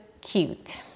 cute